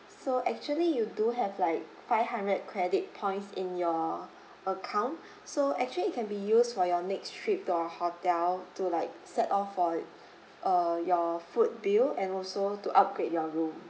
so actually you do have like five hundred credit points in your account so actually it can be used for your next trip to our hotel to like set off for err your food bill and also to upgrade your room